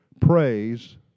praise